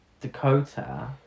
Dakota